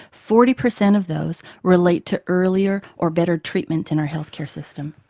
forty percent of those relate to earlier or better treatment in our healthcare system.